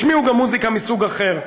השמיעו גם מוזיקה מסוג אחר,